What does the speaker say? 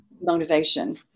motivation